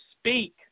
speak